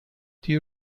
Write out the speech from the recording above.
die